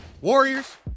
Warriors